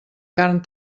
carn